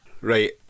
Right